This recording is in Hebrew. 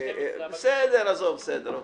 יש לי כבר 12 חוקים שיזמתי,